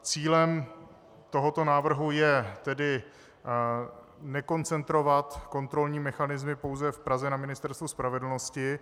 Cílem tohoto návrhu je tedy nekoncentrovat kontrolní mechanismy pouze v Praze na Ministerstvu spravedlnosti.